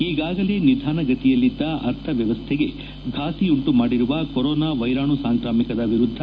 ಈಗಾಗಲೇ ನಿಧಾನಗತಿಯಲ್ಲಿದ್ದ ಅರ್ಥವ್ಯವಸ್ಥೆಗೆ ಫಾಸಿಯುಂಟು ಮಾಡಿರುವ ಕೊರೋನಾ ವೈರಾಣು ಸಾಂಕ್ರಾಮಿಕದ ವಿರುದ್ಲ